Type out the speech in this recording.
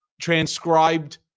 transcribed